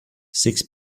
six